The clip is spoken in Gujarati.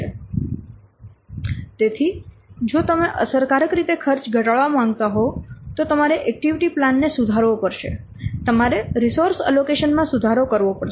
તેથી જો તમે અસરકારક રીતે ખર્ચ ઘટાડવા માંગતા હોવ તો તમારે એક્ટિવિટી પ્લાન ને સુધારવો પડશે તમારે રિસોર્સ એલોકેશન માં સુધારો કરવો પડશે